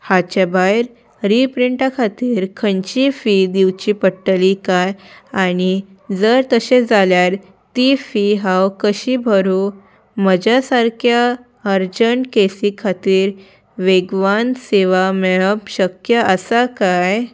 हाचे भायर रीप्रिंटा खातीर खंयची फी दिवची पडटली काय आनी जर तशें जाल्यार ती फी हांव कशी भरूं म्हज्या सारक्या अर्जंट केसी खातीर वेगवान सेवा मेळप शक्य आसा काय